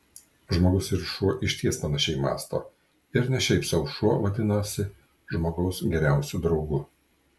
žmogus ir šuo išties panašiai mąsto ir ne šiaip sau šuo vadinasi žmogaus geriausiu draugu